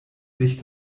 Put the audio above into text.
sich